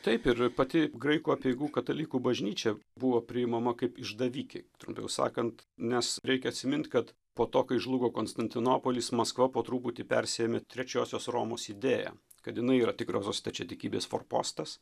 taip ir pati graikų apeigų katalikų bažnyčia buvo priimama kaip išdavikė trumpiau sakant nes reikia atsimint kad po to kai žlugo konstantinopolis maskva po truputį persiėmė trečiosios romos idėja kad jinai yra tikrosios stačiatikybės forpostas